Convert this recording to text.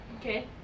Okay